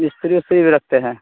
مستری استری بھی رکھتے ہیں